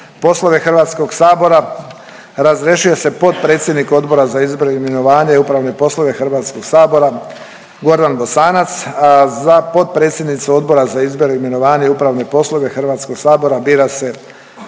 poslove Hrvatskog sabora. Razrješuje se potpredsjednik Odbora za izbor, imenovanje i upravne poslove Hrvatskog sabora Gordan Bosanac, a za potpredsjednicu Odbora za izbor, imenovanje i upravne poslove Hrvatskog sabora bira se